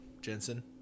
Jensen